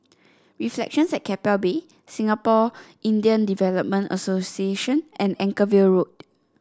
Reflections at Keppel Bay Singapore Indian Development Association and Anchorvale Road